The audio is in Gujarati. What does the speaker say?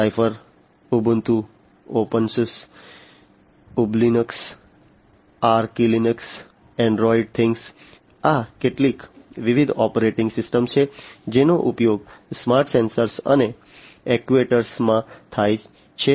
ઝફયર Ubuntu openSUSE ublinux arch linux Android Things Zephyr ubuntu opensuse ublinux archlinux android thing આ કેટલીક વિવિધ ઓપરેટિંગ સિસ્ટમ્સ છે જેનો ઉપયોગ સ્માર્ટ સેન્સર્સ અને એક્ટ્યુએટર્સમાં થાય છે